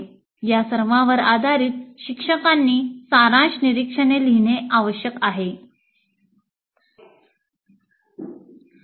या सर्वांवर आधारित शिक्षकांनी सारांश निरीक्षणे लिहिणे आवश्यक आहे